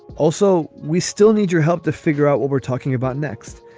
also, we still need your help to figure out what we're talking about next.